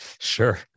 Sure